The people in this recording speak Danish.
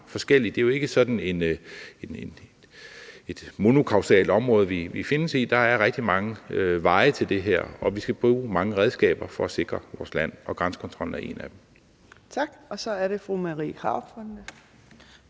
osv. Det er jo ikke sådan et monokausalt område, vi befinder os i – der er rigtig mange veje til det her. Vi skal bruge mange redskaber for at sikre vores land, og grænsekontrollen er et af dem. Kl. 13:49 Fjerde næstformand